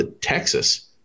Texas